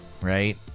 right